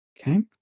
Okay